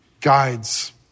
guides